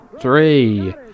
three